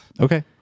Okay